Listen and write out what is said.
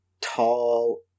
tall